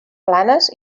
planes